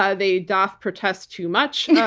ah they doth protest too much, yeah